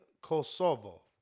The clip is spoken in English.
Kosovo